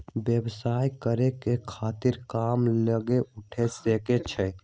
व्यवसाय करे के खतरा कम लोग उठा सकै छै